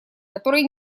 который